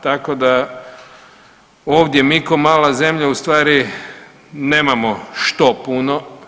Tako da ovdje mi kao mala zemlja u stvari nemamo što puno.